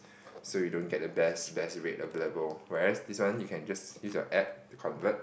so you don't get the best best rate available whereas this one you can just use your App to convert